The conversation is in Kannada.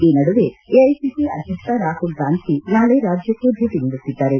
ಈ ನಡುವೆ ಎಐಸಿಸಿ ಅಧ್ಯಕ್ಷ ರಾಹುಲ್ ಗಾಂಧಿ ನಾಳೆ ರಾಜ್ಯಕ್ಷೆ ಭೇಟ ನೀಡುತ್ತಿದ್ದಾರೆ